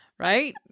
Right